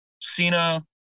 cena